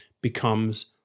becomes